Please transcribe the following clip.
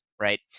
right